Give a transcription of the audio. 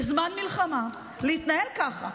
בזמן מלחמה להתנהל ככה?